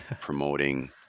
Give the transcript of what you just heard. promoting